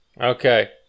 Okay